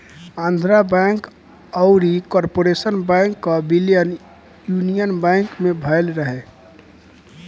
Andhra bank अउरी corporation bank कअ विलय यूनियन बैंक में भयल रहे